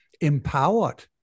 empowered